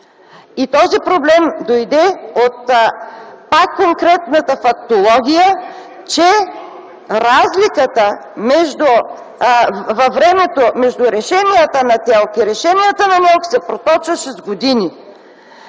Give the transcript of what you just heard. И този проблем дойде от конкретната фактология, че разликата във времето между решенията на ТЕЛК и решенията на НЕЛК се проточваше с години.